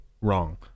wrong